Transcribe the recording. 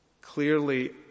clearly